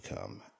come